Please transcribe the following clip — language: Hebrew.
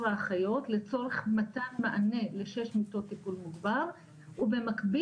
האחיות לצורך מתן מענה לשש מיטות טיפול מוגבר ובמקביל